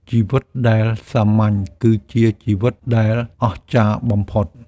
ជីវិតដែលសាមញ្ញ គឺជាជីវិតដែលអស្ចារ្យបំផុត។